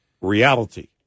Reality